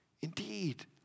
Indeed